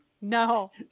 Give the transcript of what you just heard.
No